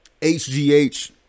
hgh